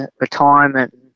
retirement